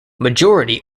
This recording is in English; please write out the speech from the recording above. majority